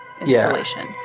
installation